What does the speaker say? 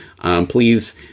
Please